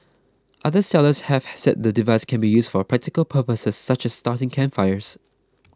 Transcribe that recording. other sellers have have said the device can be used for practical purposes such as starting campfires